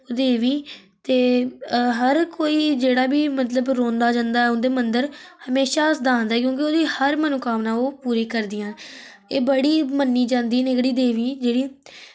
देवी ते हर हर कोई जेह्ड़ा बी मतलब रोंदा जंदा ऐ उं'दे मंदर हमेशा हसदा आंदा ऐ क्यूंकि उं'दी हर मनोकामना ओ पूरी करदियां एह् बड़ी मन्नी जन्दी न एह्ड़ी देवी जेह्ड़ी